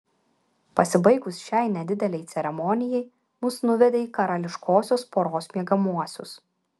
pasibaigus šiai nedidelei ceremonijai mus nuvedė į karališkosios poros miegamuosius